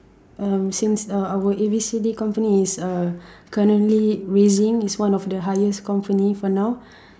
um since uh our A B C D company is uh currently raising is one of the highest company for now